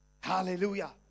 Hallelujah